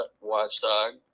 Watchdog